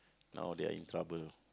no they are in trouble